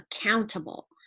accountable